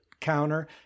counter